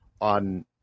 on